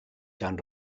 gan